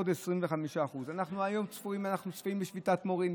עוד 25%. צפויות שביתת מורים,